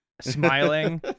smiling